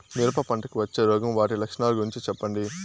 మిరప పంటకు వచ్చే రోగం వాటి లక్షణాలు గురించి చెప్పండి?